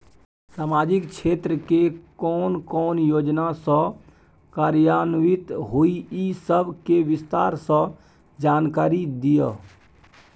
सामाजिक क्षेत्र के कोन कोन योजना बैंक स कार्यान्वित होय इ सब के विस्तार स जानकारी दिय?